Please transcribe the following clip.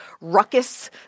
ruckus